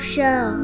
Show